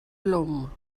blwm